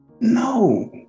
no